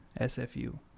SFU